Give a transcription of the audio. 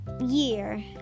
year